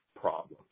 problems